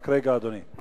רק רגע, אדוני.